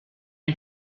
you